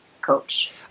coach